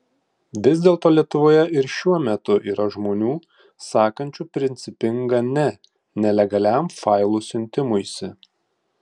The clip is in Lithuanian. vis dėlto lietuvoje ir šiuo metu yra žmonių sakančių principingą ne nelegaliam failų siuntimuisi